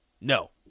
No